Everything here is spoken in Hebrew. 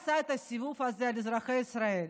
מי עשה את הסיבוב הזה על אזרחי ישראל?